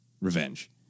revenge